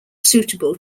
suitable